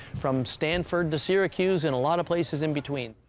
from stanford to syracuse and a lot of places in between.